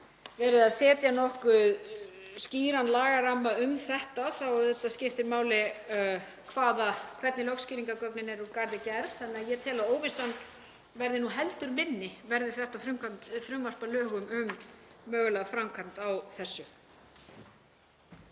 verið að setja nokkuð skýran lagaramma um þetta þá skiptir það auðvitað máli hvernig lögskýringargögnin eru úr garði gerð þannig að ég tel að óvissan verði heldur minni verði þetta frumvarp að lögum um mögulega framkvæmd á þessu.